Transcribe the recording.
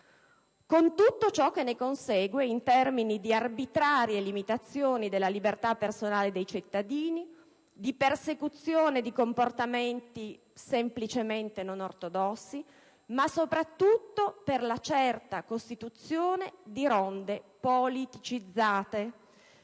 con tutto ciò che ne consegue in termini di arbitrarie limitazioni della libertà personale dei cittadini, di persecuzione di comportamenti semplicemente non ortodossi, ma soprattutto di sicura costituzione di ronde politicizzate.